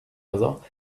other